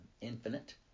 infinite